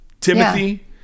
timothy